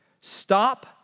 Stop